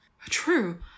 true